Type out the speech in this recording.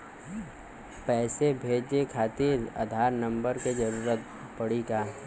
पैसे भेजे खातिर आधार नंबर के जरूरत पड़ी का?